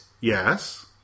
Yes